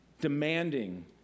demanding